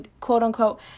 quote-unquote